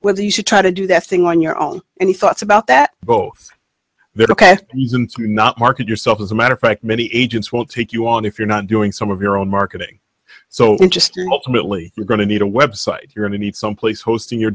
whether you should try to do that thing on your own any thoughts about that both they're ok since you're not market yourself as a matter of fact many agents will take you on if you're not doing some of your own marketing so interesting ultimately you're going to need a website you're need someplace hosting your